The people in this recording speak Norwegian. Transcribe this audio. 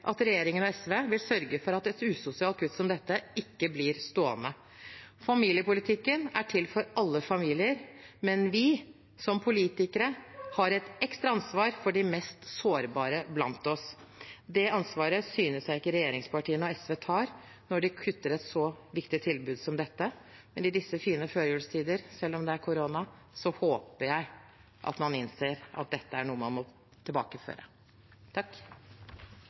at regjeringen og SV vil sørge for at et usosialt kutt som dette ikke blir stående. Familiepolitikken er til for alle familier, men vi – som politikere – har et ekstra ansvar for de mest sårbare blant oss. Det ansvaret synes jeg ikke regjeringspartiene og SV tar når de kutter et så viktig tilbud som dette. Men i disse fine førjulstider, selv om det er korona, håper jeg man innser at dette er noe man må tilbakeføre.